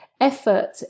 effort